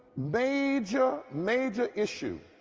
major major issue